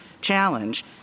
challenge